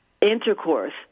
intercourse